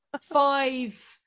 five